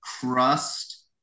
crust